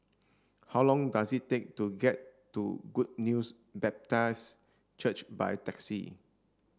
how long does it take to get to Good News Baptist Church by taxi